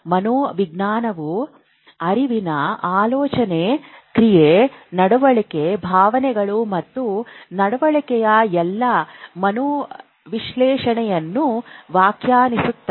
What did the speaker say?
ಮನೋವಿಜ್ಞಾನವು ಅರಿವಿನ ಆಲೋಚನೆ ಕ್ರಿಯೆ ನಡವಳಿಕೆ ಭಾವನೆಗಳು ಮತ್ತು ನಡವಳಿಕೆಯ ಎಲ್ಲಾ ಮನೋವಿಶ್ಲೇಷಣೆಯನ್ನು ವ್ಯಾಖ್ಯಾನಿಸುತ್ತದೆ